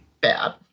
bad